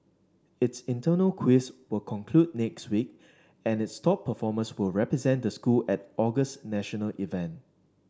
its internal quiz will conclude next week and its top performers will represent the school at August national event